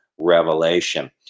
revelation